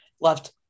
left